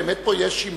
באמת יש פה שימוע,